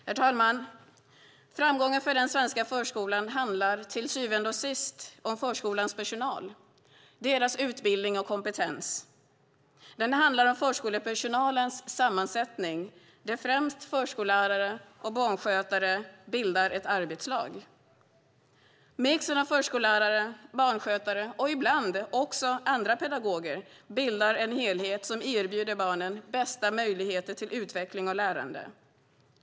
Herr talman! Framgången för den svenska förskolan handlar till syvende och sist om förskolans personal, om dess utbildning och kompetens. Den handlar om förskolepersonalens sammansättning, där främst förskollärare och barnskötare bildar ett arbetslag. Mixen av förskollärare, barnskötare och ibland också andra pedagoger bildar en helhet som erbjuder barnen bästa möjligheter till utveckling och lärande.